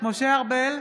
משה ארבל,